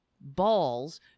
balls